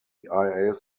more